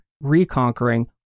reconquering